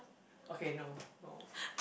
okay no no